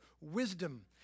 wisdom